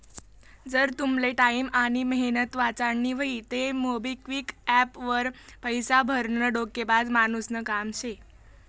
जर तुमले टाईम आनी मेहनत वाचाडानी व्हयी तं मोबिक्विक एप्प वर पैसा भरनं डोकेबाज मानुसनं काम शे